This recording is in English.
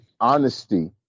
honesty